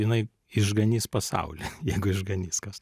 jinai išganys pasaulį jeigu išganys kas